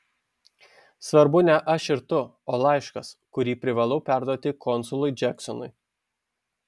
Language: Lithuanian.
svarbu ne aš ir tu o laiškas kurį privalau perduoti konsului džeksonui